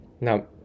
Now